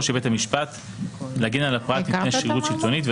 של בית המשפט להגן על הפרט מפני שרירות שלטונית.